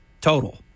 total